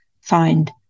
find